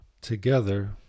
together